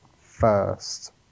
first